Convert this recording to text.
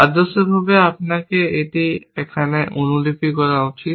আদর্শভাবে আপনার এটি এখানে অনুলিপি করা উচিত